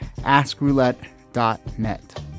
askroulette.net